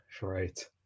Right